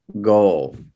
goal